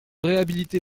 réhabiliter